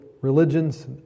religions